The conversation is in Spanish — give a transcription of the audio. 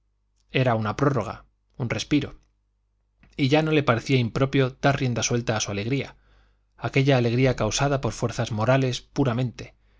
era una prórroga un respiro y ya no le parecía impropio dar rienda suelta a su alegría aquella alegría causada por fuerzas morales puramente